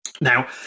Now